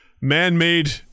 man-made